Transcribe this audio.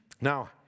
Now